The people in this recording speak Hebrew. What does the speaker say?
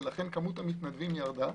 לכן כמות המתנדבים ירדה,